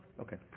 okay